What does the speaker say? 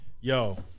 Yo